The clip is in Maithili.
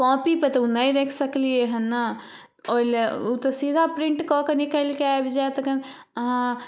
कॉपीपर तऽ उ नहि रखि सकलियै हन ने ओइला उ तऽ सीधा प्रिन्टकऽ कऽ निकालिके आबि जायत गऽ अहाँ